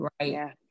right